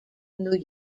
new